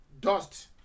dust